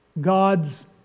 God's